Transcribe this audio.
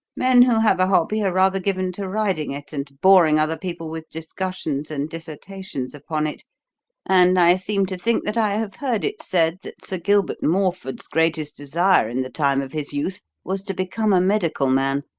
men who have a hobby are rather given to riding it and boring other people with discussions and dissertations upon it and i seem to think that i have heard it said that sir gilbert morford's greatest desire in the time of his youth was to become a medical man.